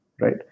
right